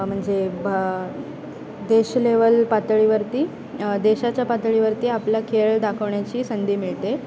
म्हणजे भ देश लेवल पातळीवरती देशाच्या पातळीवरती आपला खेळ दाखवण्याची संधी मिळते